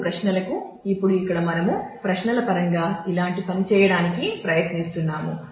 ఇప్పుడు ప్రశ్నలకు ఇప్పుడు ఇక్కడ మనము ప్రశ్నల పరంగా ఇలాంటి పని చేయడానికి ప్రయత్నిస్తున్నాము